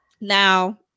Now